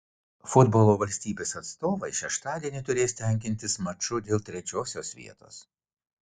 futbolo valstybės atstovai šeštadienį turės tenkintis maču dėl trečiosios vietos